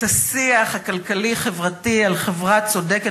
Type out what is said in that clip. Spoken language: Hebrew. את השיח הכלכלי-חברתי על חברה צודקת